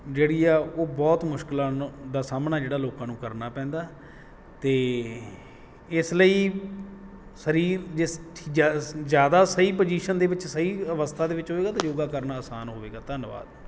ਜਿਹੜੀ ਆ ਉਹ ਬਹੁਤ ਮੁਸ਼ਕਿਲਾਂ ਨ ਦਾ ਸਾਹਮਣਾ ਜਿਹੜਾ ਲੋਕਾਂ ਨੂੰ ਕਰਨਾ ਪੈਂਦਾ ਅਤੇ ਇਸ ਲਈ ਸਰੀਰ ਜੇ ਜ਼ਿਆਦਾ ਸਹੀ ਪੁਜੀਸ਼ਨ ਦੇ ਵਿੱਚ ਸਹੀ ਅਵਸਥਾ ਦੇ ਵਿੱਚ ਹੋਏਗਾ ਅਤੇ ਯੋਗਾ ਕਰਨ ਆਸਾਨ ਹੋਵੇਗਾ ਧੰਨਵਾਦ